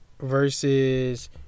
versus